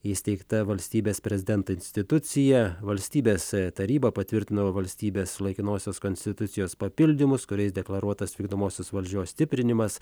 įsteigta valstybės prezidento institucija valstybės taryba patvirtino valstybės laikinosios konstitucijos papildymus kuriais deklaruotas vykdomosios valdžios stiprinimas